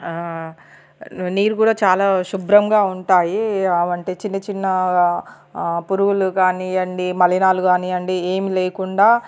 నీరు కూడా చాలా శుభ్రంగా ఉంటాయి వంటి చిన్న చిన్న పురుగులు కానీయండి మలినాలు కానీయ్యండి ఏం లేకుండా